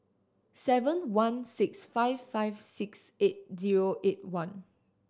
seven one six five five six eight zero eight one